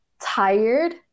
tired